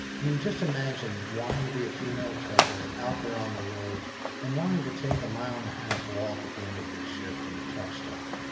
i mean, just imagine wanting to be a female trucker out there on the road and wanting to take a mile and a half walk at the end of your shift in and a truck stop.